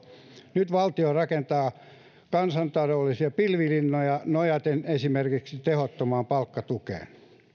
nyt valtio rakentaa kansantaloudellisia pilvilinnoja nojaten esimerkiksi tehottomaan palkkatukeen